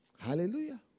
Hallelujah